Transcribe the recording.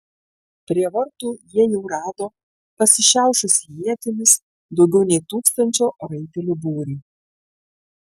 prie vartų jie jau rado pasišiaušusį ietimis daugiau nei tūkstančio raitelių būrį